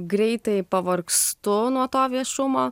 greitai pavargstu nuo to viešumo